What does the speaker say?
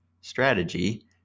strategy